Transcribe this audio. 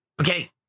okay